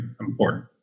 important